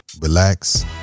relax